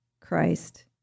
Christ